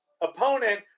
opponent